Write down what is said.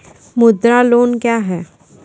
मुद्रा लोन क्या हैं?